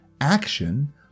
Action